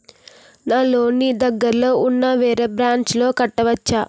నా లోన్ నీ దగ్గర్లోని ఉన్న వేరే బ్రాంచ్ లో కట్టవచా?